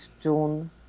june